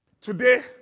Today